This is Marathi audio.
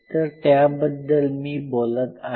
तर त्याबद्दल मी बोलत आहे